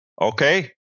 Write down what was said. okay